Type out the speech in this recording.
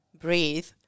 breathe